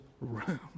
room